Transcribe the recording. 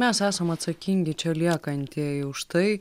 mes esam atsakingi čia liekantieji už tai